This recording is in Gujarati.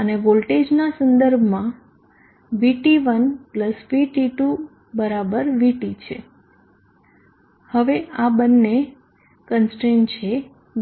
અને વોલ્ટેજના સંદર્ભમાં VT1VT2 બરાબર VT છે હવે આ બંને કનસ્ટ્રેઈન્સ છે